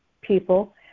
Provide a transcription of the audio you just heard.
people